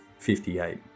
58